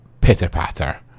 pitter-patter